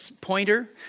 pointer